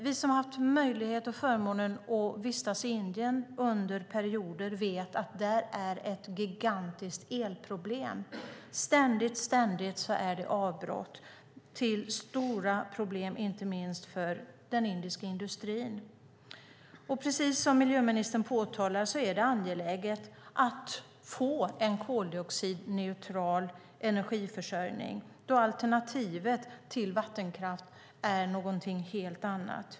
Vi som har haft förmånen att vistas i Indien under perioder vet att man där har ett gigantiskt elproblem. Ständigt är det avbrott, vilket är ett stort problem inte minst för den indiska industrin. Precis som miljöministern påtalar är det angeläget att få en koldioxidneutral energiförsörjning då alternativet till vattenkraft är något helt annat.